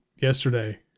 yesterday